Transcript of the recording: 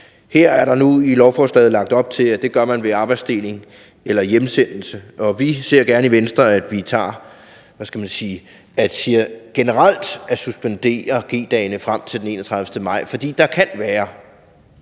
er der nu lagt op til, at man gør det ved arbejdsfordeling eller hjemsendelse. Vi ser gerne i Venstre, at vi, hvad skal man sige, generelt suspenderer G-dagene frem til den 31. maj, for der kan være